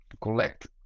collect